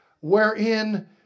wherein